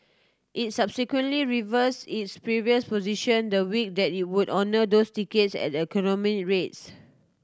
it subsequently reverse its previous position the week that it would honour those tickets at economy rates